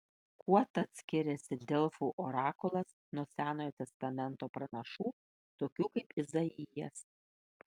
kuo tad skiriasi delfų orakulas nuo senojo testamento pranašų tokių kaip izaijas